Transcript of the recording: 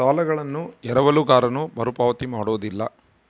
ಸಾಲಗಳನ್ನು ಎರವಲುಗಾರನು ಮರುಪಾವತಿ ಮಾಡೋದಿಲ್ಲ